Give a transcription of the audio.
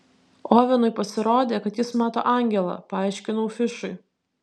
ovenui pasirodė kad jis mato angelą paaiškinau fišui